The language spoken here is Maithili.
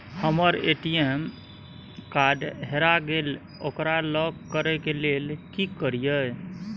हमर ए.टी.एम कार्ड हेरा गेल ओकरा लॉक करै के लेल की करियै?